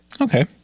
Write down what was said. Okay